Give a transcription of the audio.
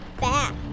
back